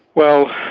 well,